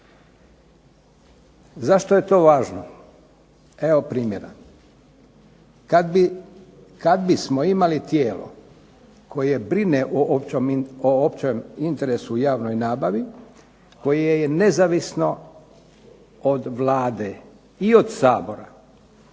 Zašto je to važno? Evo primjera. Kad bismo imali tijelo koje brine o općem interesu u javnoj nabavi, koje je nezavisno od Vlade, i od Sabora,